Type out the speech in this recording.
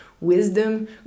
wisdom